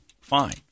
fine